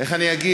איך אני אגיד?